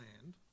land